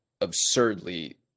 absurdly